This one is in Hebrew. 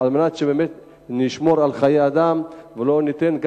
על מנת שבאמת נשמור על חיי אדם ולא ניתן,